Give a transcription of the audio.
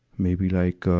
maybe like, ah,